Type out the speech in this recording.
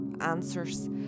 answers